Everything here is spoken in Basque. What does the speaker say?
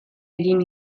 egin